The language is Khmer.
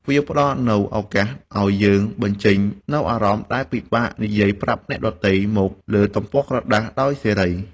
វាផ្ដល់នូវឱកាសឱ្យយើងបញ្ចេញនូវអារម្មណ៍ដែលពិបាកនិយាយប្រាប់អ្នកដទៃ មកលើទំព័រក្រដាសដោយសេរី។